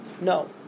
no